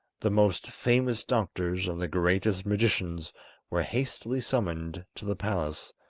the most famous doctors and the greatest magicians were hastily summoned to the palace,